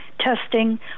testing